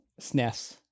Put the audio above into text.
SNES